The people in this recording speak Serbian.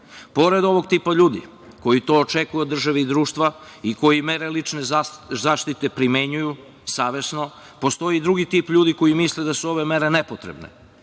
Palma. Pored ovog tipa ljudi koji to očekuju od države i društva i koji mere lične zaštite primenjuju savesno postoji drugi tip ljudi koji misli da su ove mere nepotrebne.